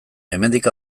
hemendik